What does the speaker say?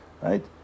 right